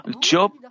Job